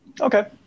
Okay